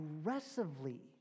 aggressively